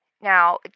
Now